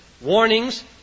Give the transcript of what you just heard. warnings